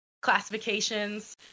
classifications